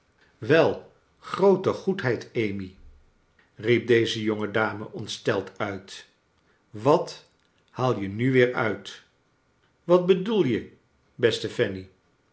wel groote goedheid amy riep deze jonge dame ontsteld uit wat liaal je nu weer uit wat bedoel je beste